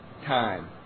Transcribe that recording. time